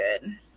good